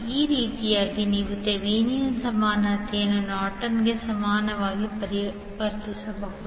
ಈ ರೀತಿಯಾಗಿ ನೀವು ಥೆವೆನಿನ್ನ ಸಮಾನತೆಯನ್ನು ನಾರ್ಟನ್ಗೆ ಸಮನಾಗಿ ಪರಿವರ್ತಿಸಬಹುದು